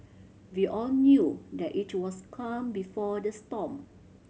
we all knew that it was calm before the storm